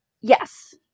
Yes